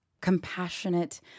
compassionate